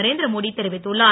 நரேந்திரமோடி தெரிவித்துள்ளார்